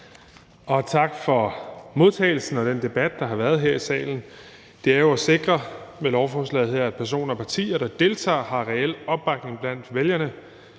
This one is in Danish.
og tak for modtagelsen og den debat, der har været her i salen. Det skal jo med lovforslaget her sikres, at personer og partier, der deltager, har reel opbakning blandt vælgerne,